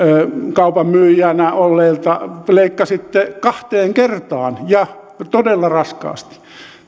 kaupan myyjänä olleelta te leikkasitte kahteen kertaan ja todella raskaasti